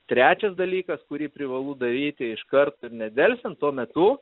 trečias dalykas kurį privalu daryti iškart ir nedelsiant tuo metu